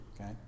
Okay